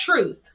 truth